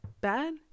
bad